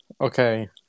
Okay